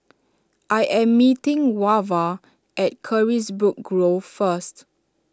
I am meeting Wava at Carisbrooke Grove first